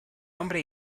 hombre